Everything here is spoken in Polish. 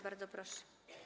Bardzo proszę.